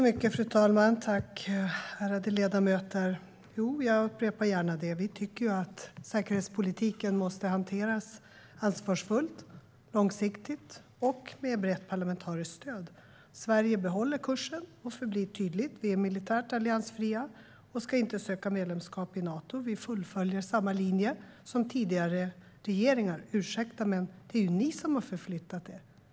Fru talman! Tack, ärade ledamöter! Jag upprepar gärna att vi tycker att säkerhetspolitiken måste hanteras ansvarsfullt, långsiktigt och med brett parlamentariskt stöd. Sverige behåller kursen. Det förblir tydligt att vi är militärt alliansfria och att vi inte ska söka medlemskap i Nato. Vi följer samma linje som tidigare regeringar. Ursäkta, men det är ni som har förflyttat er.